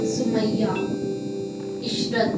Sumaiya Ishrat